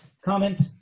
comment